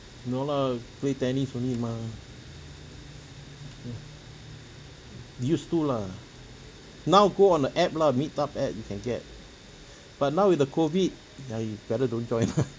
no lah play tennis only mah mm used to lah now go on the app lah meet up app you can get but now with the COVID ya you better don't join lah